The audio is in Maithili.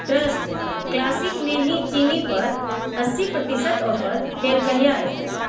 ट्रस्ट क्लासिकमे ही चीनीपर अस्सी प्रतिशत ऑफर फेर कहिआ एतै